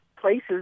places